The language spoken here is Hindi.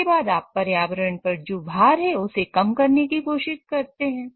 इसके बाद आप पर्यावरण पर जो भार है उसे कम से कम करने की कोशिश करते हैं